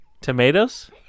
Tomatoes